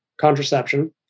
contraception